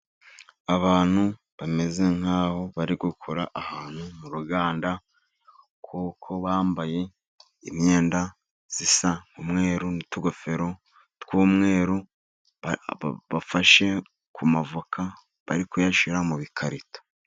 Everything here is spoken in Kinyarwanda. Abantu bameze nk'aho bari gukora ahantu mu ruganda kuko bambaye imyenda isa n'umweru n'utugofero tw'umweru. Babafashe ku mavoka bari kuyashyira mu bikarito.